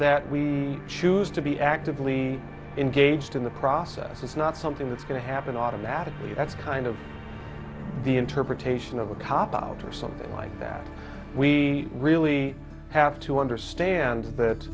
that we choose to be actively engaged in the process it's not something that's going to happen automatically that's kind of the interpretation of a cop out or something like that we really have to understand that